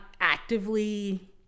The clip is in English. actively